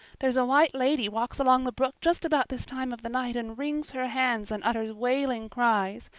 there's a white lady walks along the brook just about this time of the night and wrings her hands and utters wailing cries.